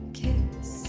kiss